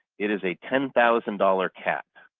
it is a ten thousand dollars cap.